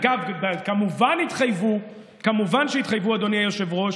אגב, כמובן שהתחייבו, אדוני היושב-ראש,